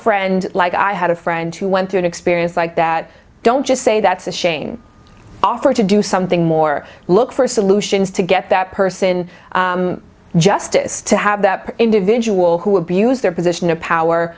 friend like i had a friend who went through an experience like that don't just say that's a shame offer to do something more look for solutions to get that person justice to have that individual who abuse their position of power